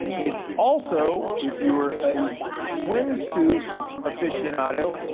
it's also, if you were a swimsuit aficionado,